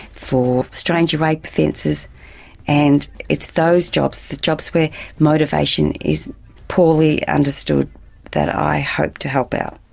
for stranger rape offences and it's those jobs, the jobs where motivation is poorly understood that i hope to help out.